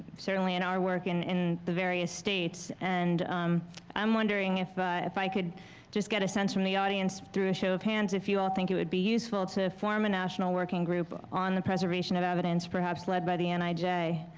certainly in our work in in the various states, and i'm wondering if if i could just get a sense from the audience through a show of hands if you all think it would be useful to form a national working group on the preservation of evidence, perhaps led by the and nij? if